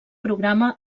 programa